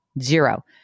zero